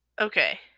okay